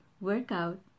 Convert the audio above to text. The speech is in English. workout